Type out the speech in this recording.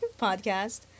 podcast